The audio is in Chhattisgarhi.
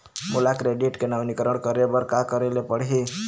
मोला क्रेडिट के नवीनीकरण करे बर का करे ले पड़ही?